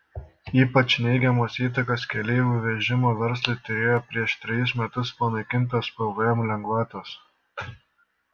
ypač neigiamos įtakos keleivių vežimo verslui turėjo prieš trejus metus panaikintos pvm lengvatos